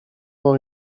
vingt